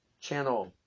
channel